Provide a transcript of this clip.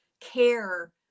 care